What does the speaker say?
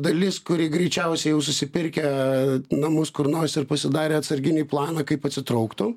dalis kuri greičiausiai jau susipirkę namus kur nors ir pasidarę atsarginį planą kaip atsitrauktų